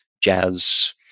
jazz